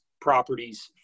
properties